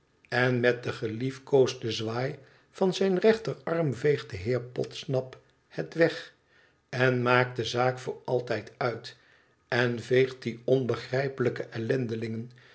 en met den gelief koosden zwaai van zijn rechterarm veegt de heer podsnap het weg en maakt de zaak voor altijd uit en veegt die onbegrijpelijke